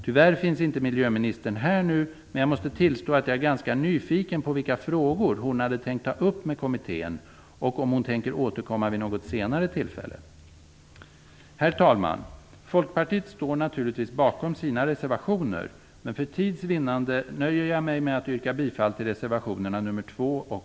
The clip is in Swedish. Tyvärr finns inte miljöministern här nu, men jag måste tillstå att jag är ganska nyfiken på vilka frågor hon hade tänkt ta upp med kommittén och om hon tänker återkomma vid något senare tillfälle. Herr talman! Folkpartiet står naturligtvis bakom sina reservationer, men för tids vinnande nöjer jag mig med att yrka bifall till reservationerna nr 2 och